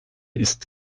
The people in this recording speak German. ist